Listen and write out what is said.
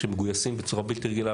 שמגויסים בצורה בלתי רגילה,